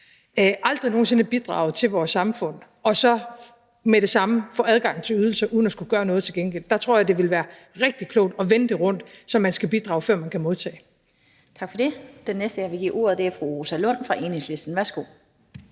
aldrig nogen sinde have bidraget til vores samfund og så med det samme få adgang til ydelser uden at skulle gøre noget til gengæld. Der tror jeg det ville være rigtig klogt at vende det rundt, så man skal bidrage, før man kan modtage.